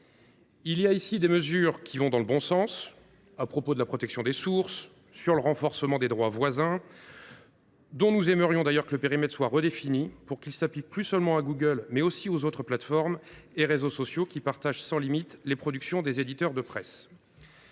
comporte des mesures qui vont dans le bon sens : je pense aux dispositions concernant la protection des sources ou le renforcement des droits voisins, dont nous aimerions que le périmètre soit redéfini, afin qu’il s’applique non plus seulement à Google, mais aussi aux autres plateformes et réseaux sociaux qui partagent sans limites les productions des éditeurs de presse.